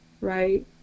right